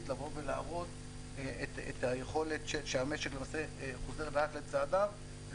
לבוא ולהראות שהמשק למעשה חוזר לאט לצעדיו.